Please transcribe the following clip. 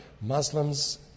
Muslims